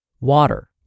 Water